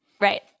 Right